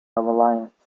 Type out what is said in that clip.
alliance